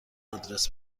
آدرس